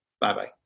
Bye-bye